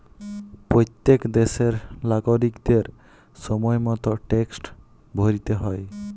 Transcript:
প্যত্তেক দ্যাশের লাগরিকদের সময় মত ট্যাক্সট ভ্যরতে হ্যয়